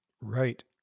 Right